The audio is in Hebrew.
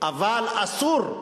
אבל אסור,